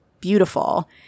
beautiful